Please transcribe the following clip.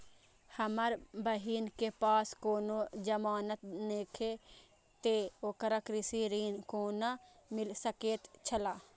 हमर बहिन के पास कोनो जमानत नेखे ते ओकरा कृषि ऋण कोना मिल सकेत छला?